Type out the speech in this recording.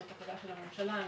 זו החלטה של הממשלה.